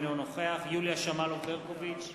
אינו נוכח יוליה שמאלוב-ברקוביץ,